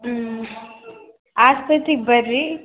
ಹ್ಞೂ ಆಸ್ಪತ್ರಿಗೆ ಬನ್ರಿ